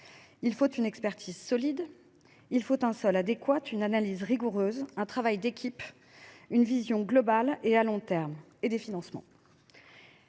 il faut une expertise solide, un sol adéquat, une analyse rigoureuse, un travail d’équipe, une vision globale et à long terme, ainsi que des financements.